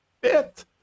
bit